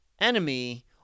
enemy